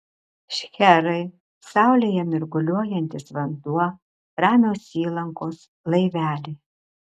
šcherai saulėje mirguliuojantis vanduo ramios įlankos laiveliai